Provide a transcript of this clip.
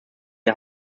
der